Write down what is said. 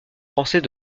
français